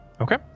Okay